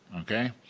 okay